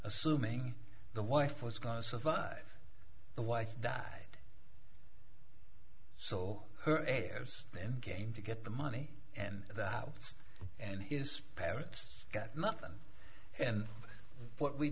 assuming the wife was going to survive the wife died so her heirs then game to get the money and the house and his parents got nothing and what we